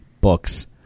books